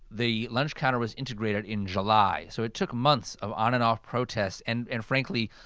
the lunch counter was integrated in july. so it took months of on-and-off protests and, and frankly,